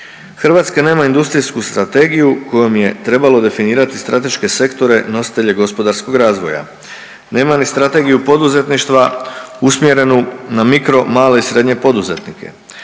Hrvatska nema industrijsku strategiju kojom je trebalo definirati strateške sektore, nositelje gospodarskog razvoja, nema ni Strategiju poduzetništva usmjerenu na mikro, male i srednje poduzetnike,